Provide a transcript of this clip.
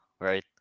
right